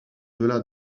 delà